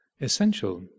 essential